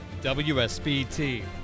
WSBT